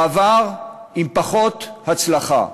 בעבר עם פחות הצלחה,